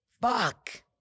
fuck